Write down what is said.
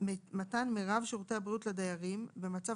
מתן מירב שירותי בריאות לדיירים במצב